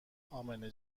امنه